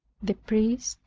the priest,